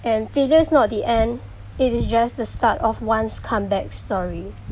and failure's not the end it is just the start of one's comeback story